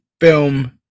film